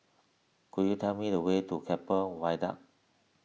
could you tell me the way to Keppel Viaduct